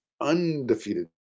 undefeated